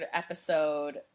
episode